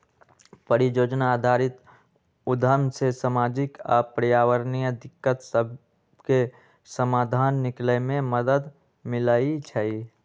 परिजोजना आधारित उद्यम से सामाजिक आऽ पर्यावरणीय दिक्कत सभके समाधान निकले में मदद मिलइ छइ